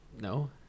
No